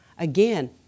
Again